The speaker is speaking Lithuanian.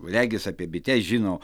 regis apie bites žino